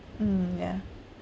mm yeah